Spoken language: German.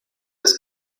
des